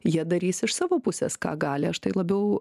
jie darys iš savo pusės ką gali aš tai labiau